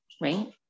right